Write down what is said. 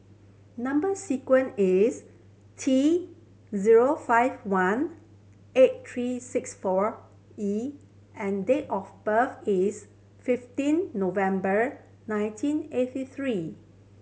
number sequence is T zero five one eight three six four E and date of birth is fifteen November nineteen eighty three